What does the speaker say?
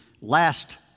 last